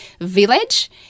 village